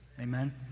Amen